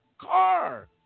car